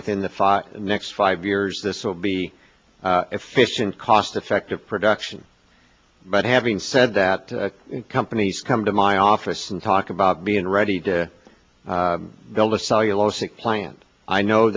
within the five next five years this will be efficient cost effective production but having said that companies come to my office and talk about being ready to build a cellular sick plant i know